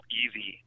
easy